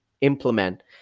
implement